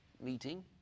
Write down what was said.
meeting